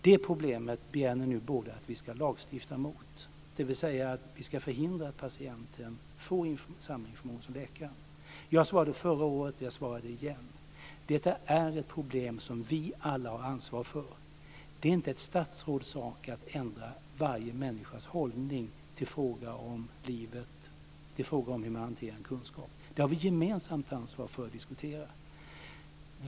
Det problemet begär ni nu båda att vi ska lagstifta om, dvs. vi ska förhindra att patienten får samma information som läkaren. Jag svarade förra året, och jag svarar igen: Detta är ett problem som vi alla har ett ansvar för. Det är inte ett statsråds sak att ändra varje människas hållning till frågor om livet och till hur man hanterar kunskap. Det har vi ett gemensamt ansvar för att diskutera.